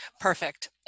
Perfect